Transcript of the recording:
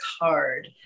card